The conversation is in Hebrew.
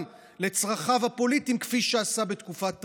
לצרכיו הפוליטיים כפי שעשה בתקופת טראמפ.